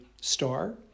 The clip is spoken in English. star